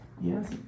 yes